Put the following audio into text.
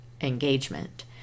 engagement